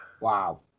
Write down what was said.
Wow